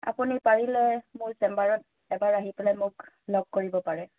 আপুনি পাৰিলে মোৰ চেম্বাৰত এবাৰ আহি পেলাই মোক লগ কৰিব পাৰে